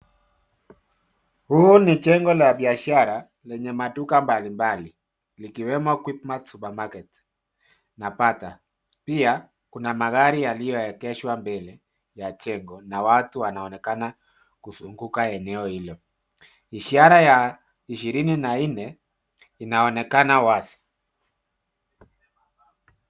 Huu ni jengo la biashara lenye maduka mbalimbali likiwemo Quickmart supermarket na bata. Pia kuna magari yaliyoegeshwa mbele ya jengo na watu wanaonekana kuzunguka eneo hilo. Ishara ya 24 inaonekana wazi.